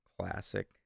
classic